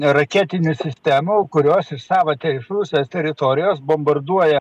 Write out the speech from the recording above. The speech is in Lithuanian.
raketinių sistemų kurios iš savo tai iš rusijos teritorijos bombarduoja